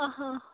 اَ ہا